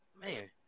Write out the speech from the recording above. Man